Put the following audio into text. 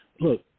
look